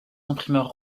imprimeurs